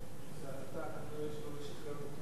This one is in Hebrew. ההצעה להעביר את הנושא לוועדת הכלכלה נתקבלה.